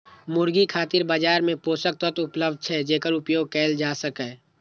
मुर्गी खातिर बाजार मे पोषक तत्व उपलब्ध छै, जेकर उपयोग कैल जा सकैए